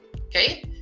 okay